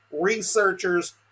researchers